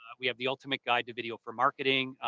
we have the ultimate guide to video for marketing,